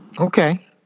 Okay